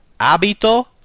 Abito